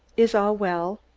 is all well?